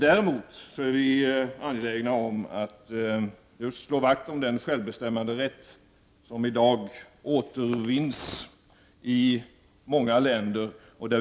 Däremot är vi angelägna om att slå vakt om den självbestämmanderätt som i dag återvinns i många länder.